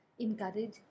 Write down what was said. encourage